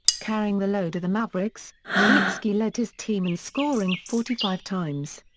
carrying the load of the mavericks, nowitzki led his team in scoring forty five times.